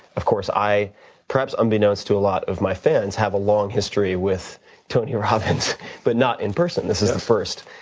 of course, i perhaps unbeknownst to a lot of my fans have a long history with tony robbins but not in person. this is the first,